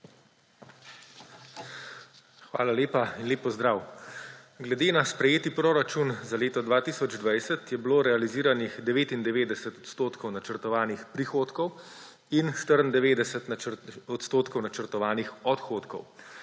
Hvala lepa. Lep pozdrav! Glede na sprejeti proračuna za leto 2020 je bilo realiziranih 99 % odstotkov načrtovanih prihodkov in 94 % načrtovanih odhodkov.